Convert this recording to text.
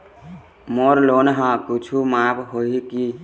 मोर loan हा कुछू माफ होही की?